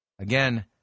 Again